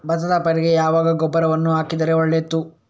ಭತ್ತದ ಪೈರಿಗೆ ಯಾವಾಗ ಗೊಬ್ಬರವನ್ನು ಹಾಕಿದರೆ ಒಳಿತು?